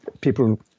people